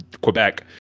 Quebec